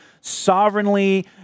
sovereignly